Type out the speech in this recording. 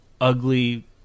ugly